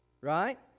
Right